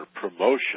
promotion